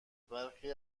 برخی